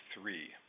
three